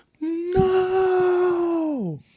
No